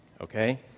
Okay